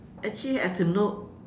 actually I have to know